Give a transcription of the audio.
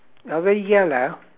are they yellow